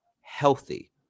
healthy